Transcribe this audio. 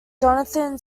jonathan